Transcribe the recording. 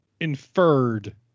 inferred